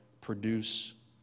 produce